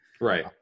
Right